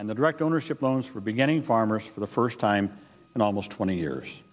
and the direct ownership loans for beginning farmers for the first time in almost twenty years